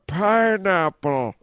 pineapple